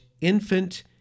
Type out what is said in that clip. infant